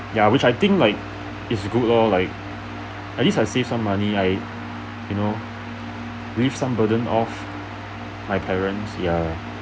ya which I think like it's good lor like at least I save some money I you know release some burden off my parents ya